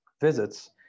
Visits